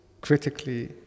critically